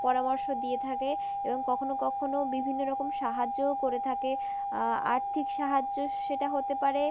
পরামর্শ দিয়ে থাকে এবং কখনও কখনও বিভিন্ন রকম সাহায্যও করে থাকে আর্থিক সাহায্য সেটা হতে পারে